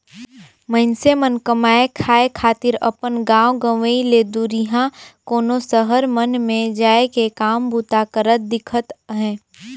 मइनसे मन कमाए खाए खातिर अपन गाँव गंवई ले दुरिहां कोनो सहर मन में जाए के काम बूता करत दिखत अहें